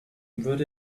wood